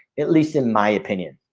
at least in my opinion